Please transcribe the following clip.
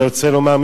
אני רוצה לומר,